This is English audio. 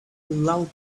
loud